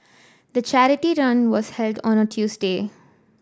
the charity run was held on a Tuesday